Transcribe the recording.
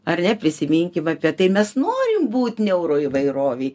ar ne prisiminkim apie tai mes norim būt neuro įvairovėj